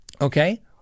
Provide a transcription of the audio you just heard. Okay